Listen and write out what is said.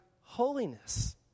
holiness